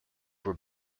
were